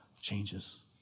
changes